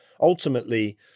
ultimately